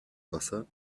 wasser